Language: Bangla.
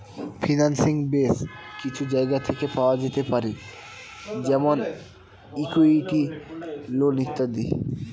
ফিন্যান্সিং বেস কিছু জায়গা থেকে পাওয়া যেতে পারে যেমন ইকুইটি, লোন ইত্যাদি